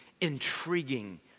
intriguing